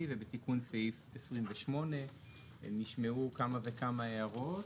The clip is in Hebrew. ובתיקון סעיף 28. נשמעו כמה וכמה הערות